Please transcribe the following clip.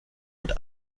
und